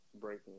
breaking